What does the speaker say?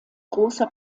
großer